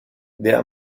wer